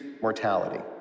mortality